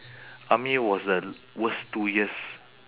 army was the worst two years